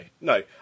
No